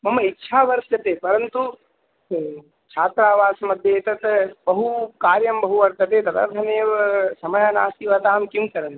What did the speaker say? मम इच्छा वर्तते परन्तु छात्रावासस्य मध्ये तत् बहु कार्यं बहु वर्तते तदर्थमेव समयः नास्ति वा तत् किं करोमि